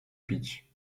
pić